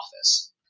office